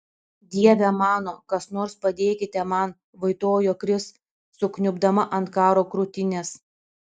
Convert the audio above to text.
dieve mano kas nors padėkite man vaitojo kris sukniubdama ant karo krūtinės